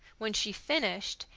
when she finished,